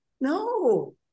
No